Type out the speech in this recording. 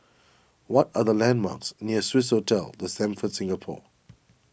what are the landmarks near Swissotel the Stamford Singapore